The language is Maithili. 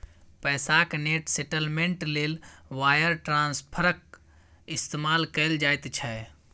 पैसाक नेट सेटलमेंट लेल वायर ट्रांस्फरक इस्तेमाल कएल जाइत छै